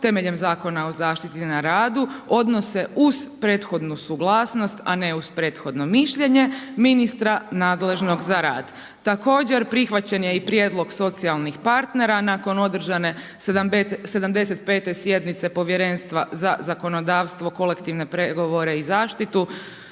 temeljem Zakona o zaštiti na radu, odnose uz prethodnu suglasnost a ne uz prethodno mišljenje ministra nadležnog za rad. Također prihvaćen je i prijedlog socijalnih partnera nakon održane 75. sjednice Povjerenstva za zakonodavstvo, kolektivne pregovore i zaštitu